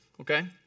Okay